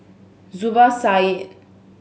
Zubir Said